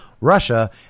Russia